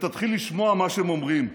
ותתחיל לשמוע מה שהם אומרים.